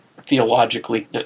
theologically